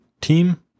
team